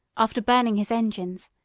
after burning his engines,